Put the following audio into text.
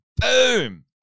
boom